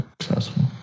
successful